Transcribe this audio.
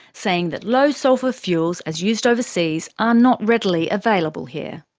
saying that low sulphur fuels as used overseas are not readily available here.